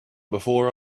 before